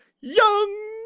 Young